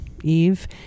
Eve